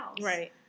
Right